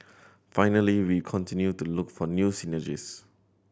finally we continue to look for new synergies